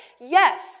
Yes